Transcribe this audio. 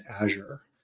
azure